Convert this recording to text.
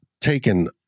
taken